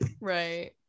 right